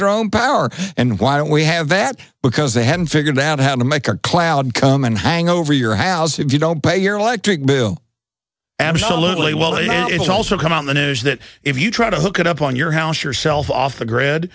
their own power and why don't we have that because they haven't figured out how to make a cloud come and hang over your house if you don't pay your electric bill absolutely well they also come on the news that if you try to hook it up on your house yourself off the grid